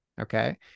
Okay